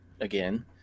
again